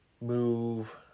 move